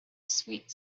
sweet